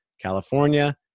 California